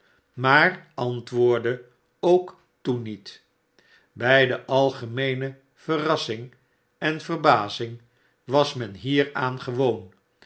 maar antwoordde ook toen niet dennis heeft eene zaak afzonderlijk bij de algemeene verrassing en verbazing was men hieraan gewoon